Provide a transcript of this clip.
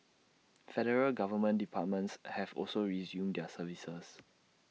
federal government departments have also resumed their services